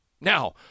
Now